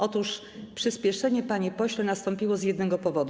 Otóż przyspieszenie, panie pośle, nastąpiło z jednego powodu.